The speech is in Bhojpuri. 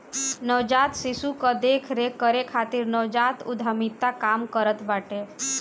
नवजात शिशु कअ देख रेख करे खातिर नवजात उद्यमिता काम करत बाटे